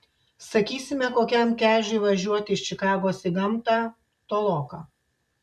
sakysime kokiam kežiui važiuoti iš čikagos į gamtą toloka